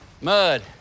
Mud